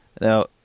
Now